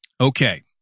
Okay